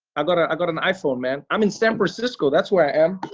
i've got i've got an iphone, man. i'm in san francisco. that's where i am.